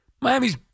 Miami's